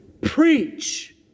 Preach